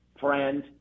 friend